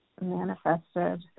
manifested